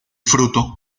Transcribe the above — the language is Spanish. fruto